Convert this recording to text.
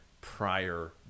prior